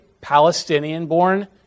Palestinian-born